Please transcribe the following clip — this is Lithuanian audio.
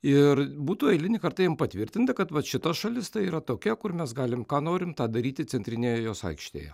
ir būtų eilinį kartą jiem patvirtinta kad vat šita šalis tai yra tokia kur mes galim ką norim tą daryti centrinėje jos aikštėje